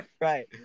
right